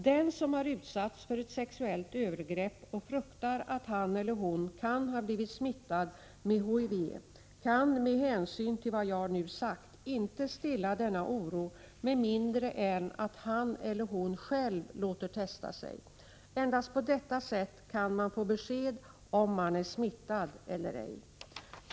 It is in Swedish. Den som har utsatts för ett sexuellt övergrepp och fruktar att han eller hon kan ha blivit smittad med HIV kan, med hänsyn till vad jag nu sagt, inte stilla denna oro med mindre än att han eller hon själv låter testa sig. Endast på detta sätt kan man få besked om man är smittad eller ej.